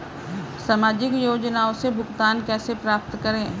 सामाजिक योजनाओं से भुगतान कैसे प्राप्त करें?